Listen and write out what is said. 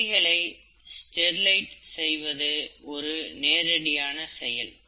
கருவிகளை ஸ்டெர்லைட் செய்வது ஒரு நேரடியான வழி